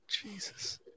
Jesus